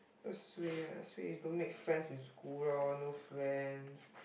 oh suay ah suay is don't make friends in school lor no friends